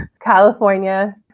California